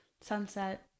Sunset